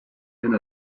and